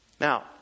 Now